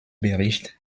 bericht